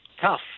tough